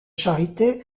charité